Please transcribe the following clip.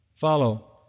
Follow